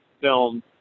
filmed